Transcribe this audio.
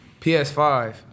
PS5